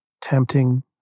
tempting